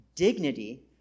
Dignity